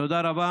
תודה רבה.